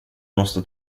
måste